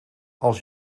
als